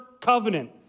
covenant